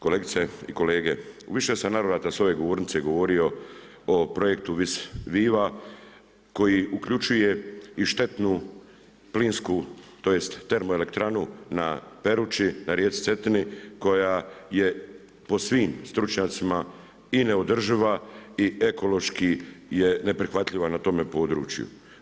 Kolegice i kolege, u više sam navrata sa ove govornice govorio o projektu Vis Viva koji uključuje i štetnu plinsku, tj. termoelektranu na Peruči, na rijeci Cetini koja je po svim stručnjacima i neodrživa i ekološki je neprihvatljiva na tome području.